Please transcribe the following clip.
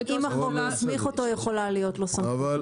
אם